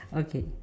okay